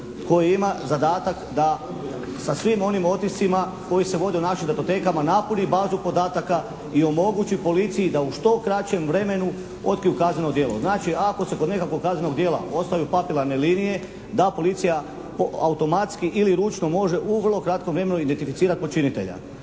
koji ima zadatak da sa svim onim otiscima koji se vode u našim datotekama napuni bazu podataka i omogući policiji da u što kraćem vremenu otkriju kazneno djelo. Znači, ako se kod nekakvog kaznenog djela ostaju papelarne linije da policija automatski ili ručno može u vrlo kratkom vremenu identificirati počinitelja.